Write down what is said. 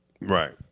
Right